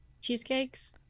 Cheesecakes